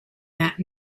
that